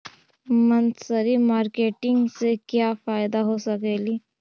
मनरी मारकेटिग से क्या फायदा हो सकेली?